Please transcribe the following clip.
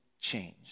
change